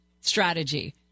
Strategy